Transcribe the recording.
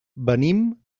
venim